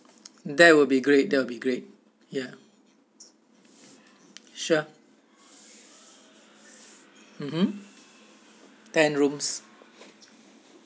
that will be great that'll be great ya sure mmhmm ten rooms